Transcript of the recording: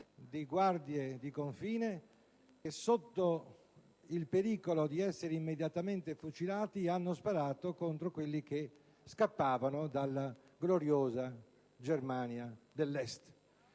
di guardia al confine che, sotto il pericolo di essere immediatamente fucilati, hanno sparato contro quelli che scappavano dalla gloriosa Germania dell'Est.